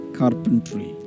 carpentry